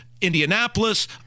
indianapolis